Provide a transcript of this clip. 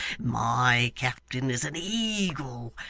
my captain is an eagle,